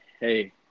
hey